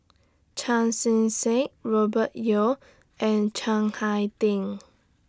Chan Chee Seng Robert Yeo and Chiang Hai Ding